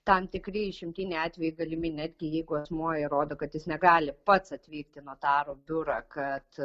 tam tikri išimtiniai atvejai galimi netgi jeigu asmuo įrodo kad jis negali pats atvykt į notarų biurą kad